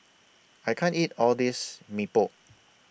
I can't eat All This Mee Pok